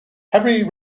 heavy